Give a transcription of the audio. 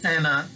Anna